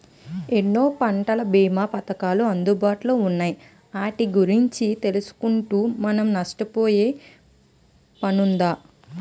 ఎన్నో పంటల బీమా పధకాలు అందుబాటులో ఉన్నాయి ఆటి గురించి తెలుసుకుంటే మనం నష్టపోయే పనుండదు